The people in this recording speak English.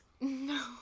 No